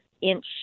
inch